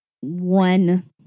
one